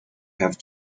have